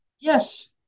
Yes